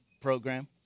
program